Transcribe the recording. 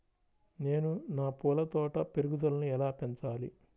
నేను నా పూల తోట పెరుగుదలను ఎలా పెంచాలి?